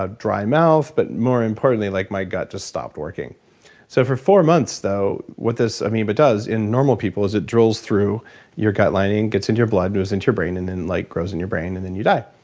ah dry mouth, but more importantly like my gut just stopped working so for four months though, what this amoeba does in normal people is it drills through your gut-lining, gets into your blood, goes into your brain, and then like grows in your brain and then you die.